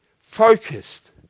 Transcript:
focused